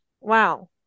Wow